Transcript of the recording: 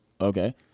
Okay